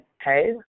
Hey